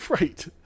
Right